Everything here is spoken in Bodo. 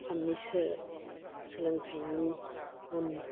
आसामनिसो सोलोंथाइनि गुन